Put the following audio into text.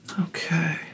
Okay